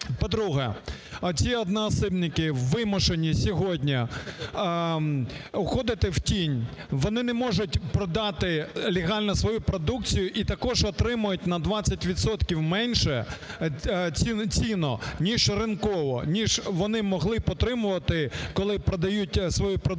По-друге, оці одноосібники вимушені сьогодні уходити в тінь. Вони не можуть продати легально свою продукцію і також отримують на 20 відсотків меншу ціну, ніж ринкову, ніж вони могли б отримувати, коли продають свою продукцію